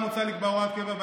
תכניסו עוד נורבגים,